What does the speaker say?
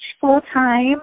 full-time